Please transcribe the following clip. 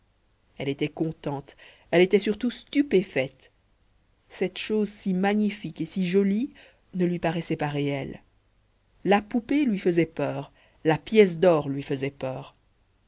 elle était contente elle était surtout stupéfaite ces choses si magnifiques et si jolies ne lui paraissaient pas réelles la poupée lui faisait peur la pièce d'or lui faisait peur